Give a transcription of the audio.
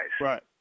Right